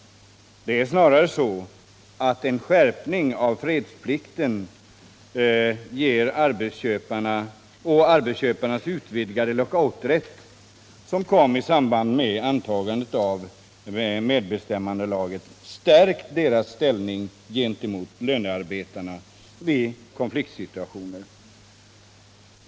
Det är snarare så att skärpningen av fredsplikten och arbetsköparnas utvidgade lockouträtt — som kom i samband med antagandet av MBL —- stärkt deras ställning gentemot lönearbetarna vid konfliktsituationer.